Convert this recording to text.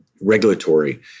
regulatory